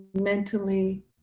mentally